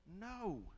no